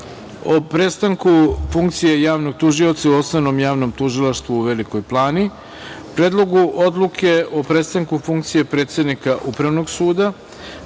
o prestanku funkcije javnog tužioca u Osnovnom javnom tužilaštvu u Velikoj Plani, Predlogu odluke o prestanku funkcije predsednika Upravnog suda,